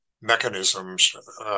mechanisms